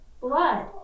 blood